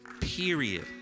period